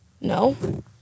No